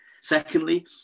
secondly